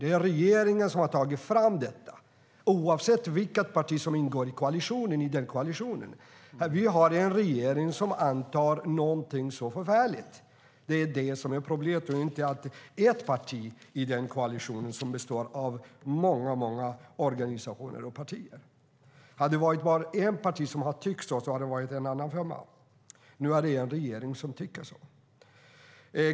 Det är regeringen som har tagit fram och antagit ett så förfärligt förslag, oavsett vilka partier som ingår i den koalitionen. Det är det som är problemet. Koalitionen består av många organisationer och partier. Hade det varit bara ett parti som hade tyckt så hade det varit en annan femma. Nu är det en regering som tycker så.